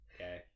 Okay